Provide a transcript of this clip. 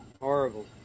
Horrible